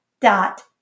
dot